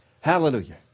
Hallelujah